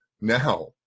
now